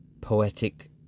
poetic